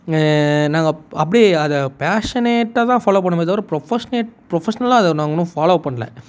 நாங்கள் அப்படியே அதை பேஷனேட்டாக தான் ஃபாலோ பண்ணுனோமே தவிர ப்ரொஃபஷ்னேட் ப்ரொபஷ்னலாக அதை நாங்கள் இன்னும் ஃபாலோ பண்ணலை